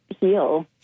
heal